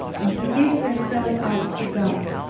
and to give herself up to god.